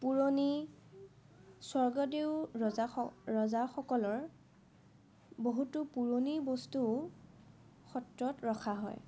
পুৰণি স্বৰ্গদেউ ৰজা ৰজাসকলৰ বহুতো পুৰণি বস্তু সত্ৰত ৰখা হয়